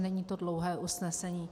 Není to dlouhé usnesení.